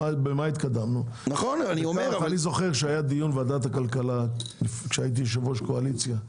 אני זוכר שהיה דיון של ועדת הכלכלה כשהייתי יו"ר הקואליציה,